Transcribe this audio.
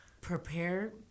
prepare